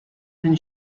been